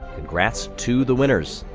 congrats to the winners!